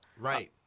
Right